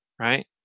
right